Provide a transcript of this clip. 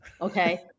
okay